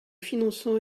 finançons